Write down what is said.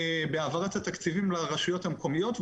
בהעברת התקציבים לרשויות המקומיות,